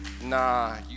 nah